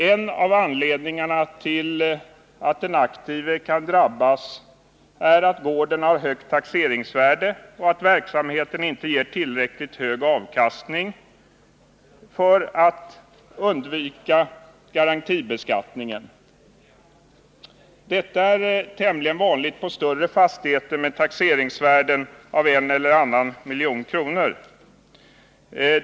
En av anledningarna till att den aktive kan drabbas är att gården har högt taxeringsvärde och att verksamheten inte ger tillräckligt hög avkastning för att garantibeskattningen skall kunna undvikas. Detta är tämligen vanligt för större fastigheter med taxeringsvärden på en eller annan miljon kronor.